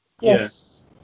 Yes